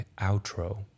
outro